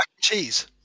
cheese